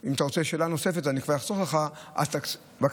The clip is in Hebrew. אם אתה רוצה שאלה נוספת ואני כבר אחסוך לך, בבקשה.